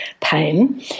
pain